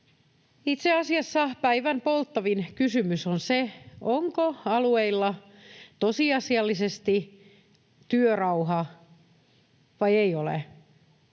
Itse asiassa päivän polttavin kysymys on se, onko alueilla tosiasiallisesti työrauha vai eikö ole.